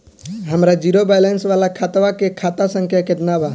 हमार zero balance वाला खतवा के खाता संख्या केतना बा?